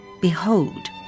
Behold